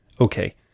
Okay